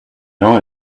know